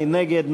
מי נגד?